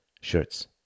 shirts